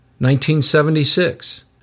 1976